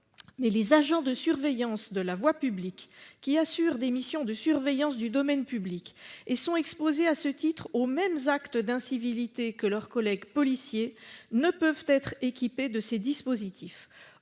Mais les agents de surveillance de la voie publique qui assurent des missions de surveillance du domaine public et sont exposées à ce titre aux mêmes actes d'incivilité que leurs collègues policiers ne peuvent être équipés de ces dispositifs